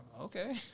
okay